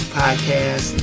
podcast